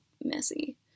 messy